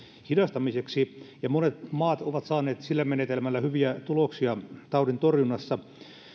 hidastamiseksi ja monet maat ovat saaneet sillä menetelmällä hyviä tuloksia taudin torjunnassa